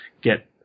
get